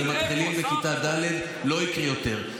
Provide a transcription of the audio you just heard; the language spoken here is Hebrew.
ומתחילים בכיתה ד' לא יקרה יותר,